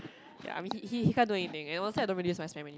ya I mean he he can't do anything and honestly I don't use really use Instagram